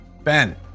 Ben